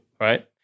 Right